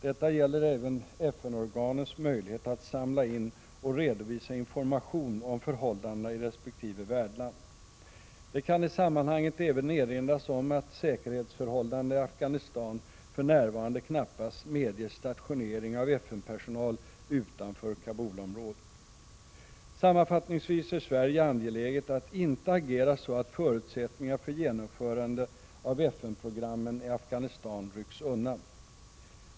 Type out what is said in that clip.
Detta gäller även FN-organens möjlighet att samla in och redovisa information om förhållandena i resp. värdland. Det kan i sammanhanget även erinras om att säkerhetsförhållandena i Afghanistan för närvarande knappast medger stationering av FN-personal utanför Kabulområdet. Sammanfattningsvis är Sverige angeläget att inte agera så att förutsättningarna för genomförande av FN-programmen i Afghanistan rycks undan.